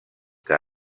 que